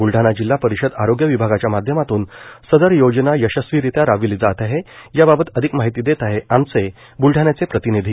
ब्लडाणा जिल्हा परिषद आरोग्य विभागाच्या माध्यमातून सदर योजना यशस्वीरित्या राबविली जात आहे या बाबत अधिक माहिती देत आहे आमचे ब्लढाण्याचे प्रतिनिधी